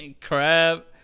Crap